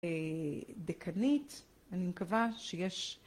דקנית אני מקווה שיש